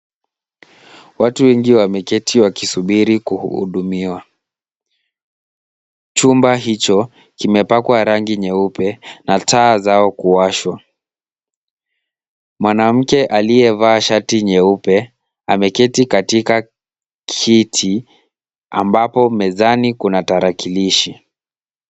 Watu wengi wameketi wakisubiri kuhudumiwa. Chumba hicho kimepakwa rangi nyeupe na taa zao kuwashwa. Mwanamke aliyevaa shati nyeupe ameketi katika kiti, ambapo mezani kuna tarakilishi.